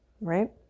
right